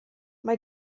mae